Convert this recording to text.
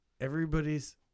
Everybody's